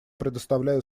предоставляю